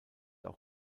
auch